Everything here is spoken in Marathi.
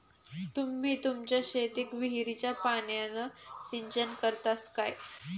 तुम्ही तुमच्या शेतीक विहिरीच्या पाण्यान सिंचन करतास काय?